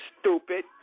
Stupid